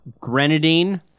grenadine